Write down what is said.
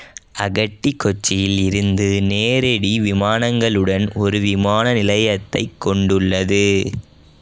அகட்டி கொச்சியில் இருந்து நேரடி விமானங்களுடன் ஒரு விமான நிலையத்தைக் கொண்டுள்ளது